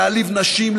להעליב נשים,